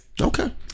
Okay